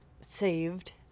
saved